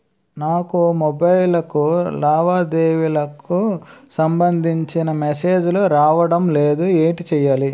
నాకు మొబైల్ కు లావాదేవీలకు సంబందించిన మేసేజిలు రావడం లేదు ఏంటి చేయాలి?